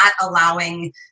allowing